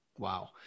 Wow